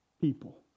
people